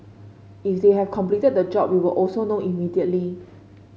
if they have completed the job we will also know immediately